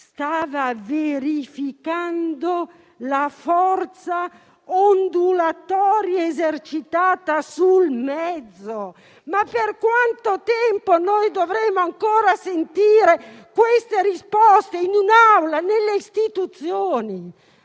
stava verificando la forza ondulatoria esercitata sul mezzo? Per quanto tempo dovremo ancora sentire queste risposte in un'Aula delle istituzioni?